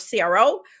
CRO